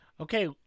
Okay